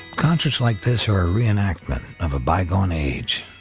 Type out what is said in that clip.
concerts like this are a re-enactment of a bygone age,